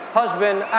husband